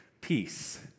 peace